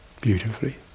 beautifully